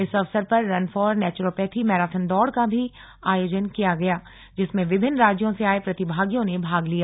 इस अवसर पर रन फॉर नेच्रोपैथी मैराथन दौड़ का भी आयोजन किया गया जिसमें विभिन्न राज्यों से आये प्रतिभागियों ने भाग लिया